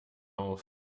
auf